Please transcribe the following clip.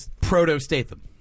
proto-Statham